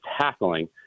tackling